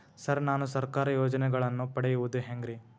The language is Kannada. ಸರ್ ನಾನು ಸರ್ಕಾರ ಯೋಜೆನೆಗಳನ್ನು ಪಡೆಯುವುದು ಹೆಂಗ್ರಿ?